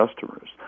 customers